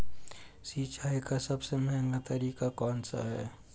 सिंचाई का सबसे महंगा तरीका कौन सा है?